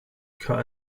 cut